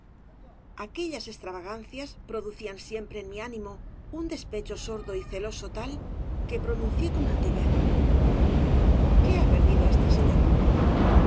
aquellas extravagancias producían siempre en mi ánimo un despecho sordo y celoso tal que pronuncié con altivez qué ha perdido esta señora